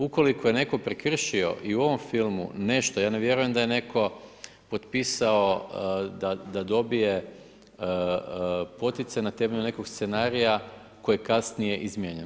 Ukoliko je netko prekršio i u ovom filmu nešto, ja ne vjerujem da je netko potpisao da dobije poticaj na temelju nekog scenarija koji je kasnije izmijenjen.